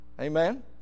Amen